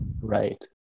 right